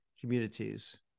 communities